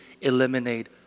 eliminate